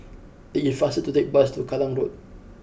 it is faster to take the bus to Kallang Road